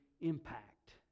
impact